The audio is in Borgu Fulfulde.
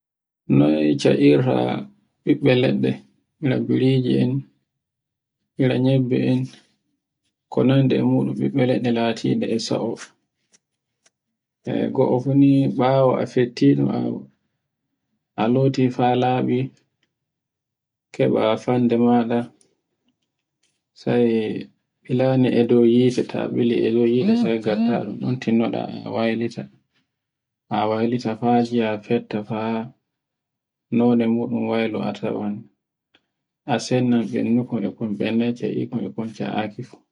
Noy ca'irta ɓiɓɓe leɗɗe, ira biriji en, ira nyebbe en ko nanda e muɗum ɓiɓɓe leɗɗe latiɗe e sa'o. E goo fu ni ɓawo a fettidum a loti fa laɓi, keɓa fande maɗa, sai ɓilaynde e dow hite ta ɓili e dow hite sai gattatun tinnoɓa a waylita, a waylita fa giya fetta fa lode muɗ um waylo a tawan a sennan ɓendu kol, e kon ɓendake e kol ca'aki fu.